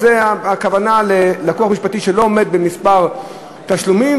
הכוונה ללקוח משפטי שלא עומד בכמה תשלומים,